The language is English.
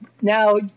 Now